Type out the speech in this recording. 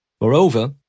Moreover